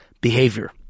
behavior